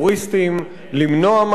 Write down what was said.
למנוע מעשי טרור,